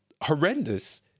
horrendous